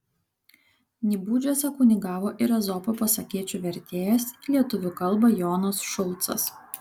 nybudžiuose kunigavo ir ezopo pasakėčių vertėjas į lietuvių kalbą jonas šulcas